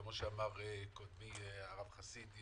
כפי שאמר קודמי הרב חסיד,